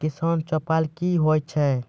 किसान चौपाल क्या हैं?